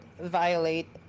violate